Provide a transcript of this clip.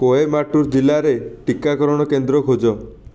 କୋଏମ୍ବାଟୁର ଜିଲ୍ଲାରେ ଟିକାକରଣ କେନ୍ଦ୍ର ଖୋଜ